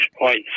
points